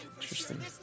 interesting